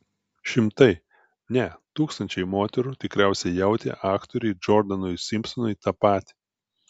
šimtai ne tūkstančiai moterų tikriausiai jautė aktoriui džordanui simpsonui tą patį